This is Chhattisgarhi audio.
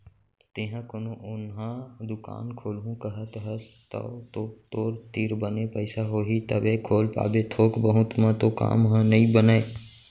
तेंहा कोनो ओन्हा दुकान खोलहूँ कहत हस तव तो तोर तीर बने पइसा होही तभे खोल पाबे थोक बहुत म तो काम ह नइ बनय